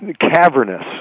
cavernous